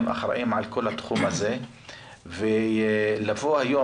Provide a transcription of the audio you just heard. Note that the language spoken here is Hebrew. הם אחראים על כל התחום הזה ולבוא היום,